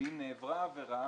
ואם נעברה עבירה,